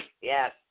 Yes